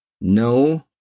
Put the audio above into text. No